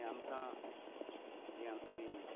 आमकां जी आमचीं